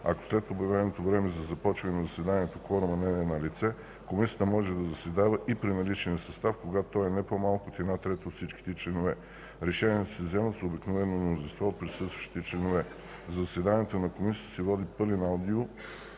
Ако след обявеното време за започване на заседанието кворумът не е налице, Комисията може да заседава и при наличния състав, когато той е не по-малко от една трета от всичките й членове. Решенията се приемат с обикновено мнозинство от присъстващите членове. За заседанията на Комисията се води пълен аудиозапис